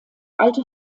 alte